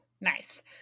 nice